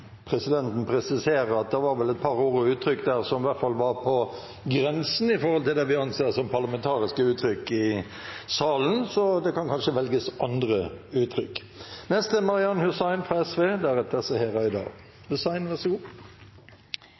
at det var et par ord og uttrykk som i hvert fall var på grensen for det vi anser som parlamentariske uttrykk i salen, så det kan kanskje velges andre uttrykk.